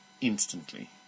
instantly